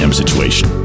situation